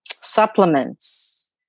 supplements